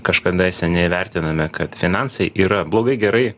kažkadaise neįvertinome kad finansai yra blogai gerai